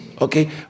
okay